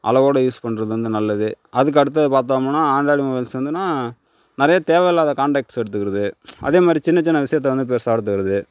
அளவோடு யூஸ் பண்ணுறது வந்து நல்லது அதுக்கு அடுத்தது பார்த்தோம்ன்னா ஆண்ட்ராய்டு மொபைல்ஸ் வந்தோன நிறைய தேவையில்லாத கான்டக்ட்ஸ் எடுத்துகிறது அதேமாதிரி சின்ன சின்ன விஷயத்த வந்து பெருசாக எடுத்துக்கிறது